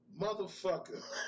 motherfucker